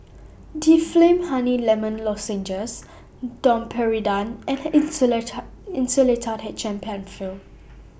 Difflam Honey Lemon Lozenges Domperidone and Insulatard H M PenFill